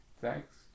thanks